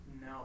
no